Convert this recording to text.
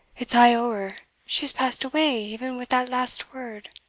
it's a' ower she has passed away even with that last word.